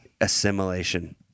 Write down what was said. Assimilation